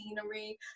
scenery